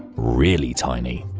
really tiny.